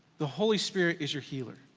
the holy spirit is your healer.